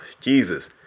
Jesus